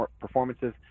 performances